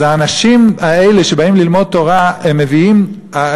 האנשים האלה שבאים ללמוד תורה מביאים